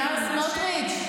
השר סמוטריץ'.